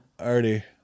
Already